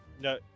no